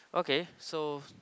okay so